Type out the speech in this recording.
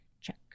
check